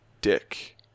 dick